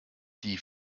die